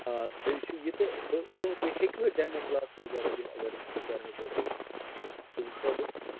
آ بیٚیہِ چھُ یہِ تہٕ بہٕ تہٕ تُہۍ ہیٚکِوٕ ڈٮ۪مو کٕلاس وغیرہ دِتھ اگر بہٕ کَرٕہا گۄڈٕ وٕچھِ ہا بہٕ